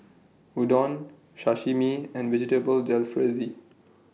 Udon Sashimi and Vegetable Jalfrezi